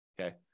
okay